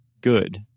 good